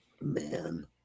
man